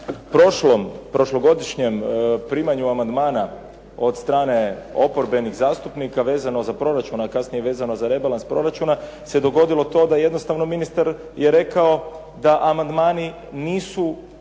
prošlom. Prošlogodišnjem primanju amandmana od strane oporbenih zastupnika, vezano za proračun, a kasnije vezano za rebalans proračuna, se dogodilo to da jednostavno ministar je rekao da amandmani nisu